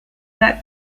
nat